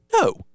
No